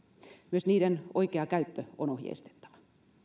myös niiden oikea käyttö on ohjeistettava